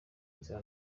nzira